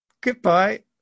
goodbye